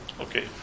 Okay